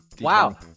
Wow